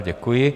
Děkuji.